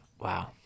Wow